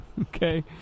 okay